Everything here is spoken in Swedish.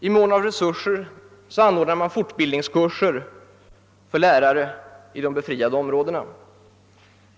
I mån av resurser ordnar man fortbildningskurser för lärare i de befriade områdena.